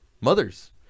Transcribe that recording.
mothers